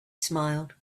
smiled